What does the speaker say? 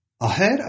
Ahead